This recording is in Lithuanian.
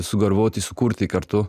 sugalvoti sukurti kartu